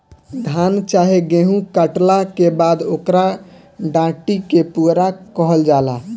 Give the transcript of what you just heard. धान चाहे गेहू काटला के बाद ओकरा डाटी के पुआरा कहल जाला